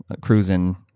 cruising